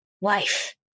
wife